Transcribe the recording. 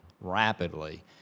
rapidly